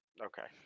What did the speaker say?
Okay